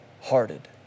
hearted